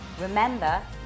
Remember